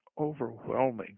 overwhelming